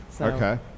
Okay